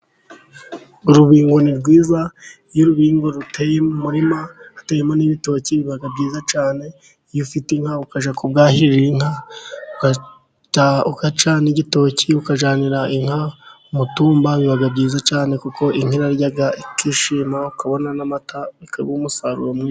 Urubingo ni rwiza， iyo urubingo ruteye mu murima utewemo n'ibitoki，biba byiza cyane， iyo ufite inka ukajya kurwahirira inka， ugaca n’ igitoki，ukajyanira inka umutumba，biba byiza cyane， kuko inka irarya ikishima， ukabona nk'amata，bikaba umusaruro mwinshi.